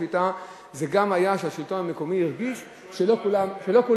השביתה זה גם היה שהשלטון המקומי הרגיש שלא כולם,